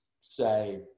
say –